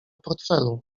portfelu